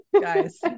Guys